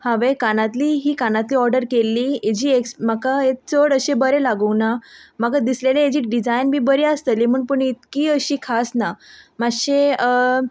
हांवें कानांतलीं हीं कानांतलीं ऑर्डर केल्ली हेजी एक्स म्हाका चड अशें बरें लागूंक ना म्हाका दिसलेलें हेजी डिजायन बी बरी आसतली म्हूण पूण इतकी अशी खास ना मातशें